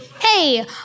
Hey